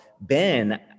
Ben